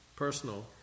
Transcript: Personal